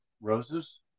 roses